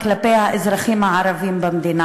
כלפי האזרחים הערבים במדינה.